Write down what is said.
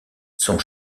sont